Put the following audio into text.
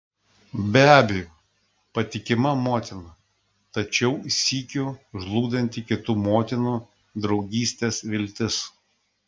be abejo patikima motina tačiau sykiu žlugdanti kitų motinų draugystės viltis